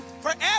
forever